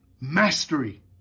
mastery